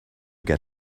get